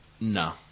No